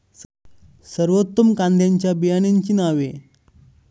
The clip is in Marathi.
सर्वोत्तम कांद्यांच्या बियाण्यांची नावे?